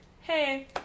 hey